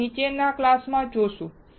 આપણે નીચેના ક્લાસમાં જોશું